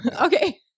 okay